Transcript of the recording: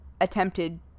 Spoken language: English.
attempted